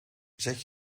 zet